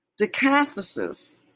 Decathesis